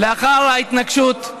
לאחר ההתנקשות.